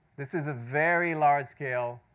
this is a very large scale,